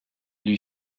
lui